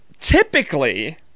typically